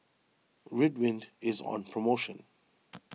Ridwind is on promotion